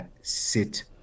sit